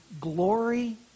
glory